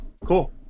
Cool